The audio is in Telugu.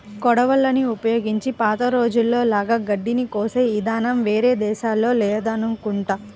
కొడవళ్ళని ఉపయోగించి పాత రోజుల్లో లాగా గడ్డిని కోసే ఇదానం వేరే దేశాల్లో లేదనుకుంటా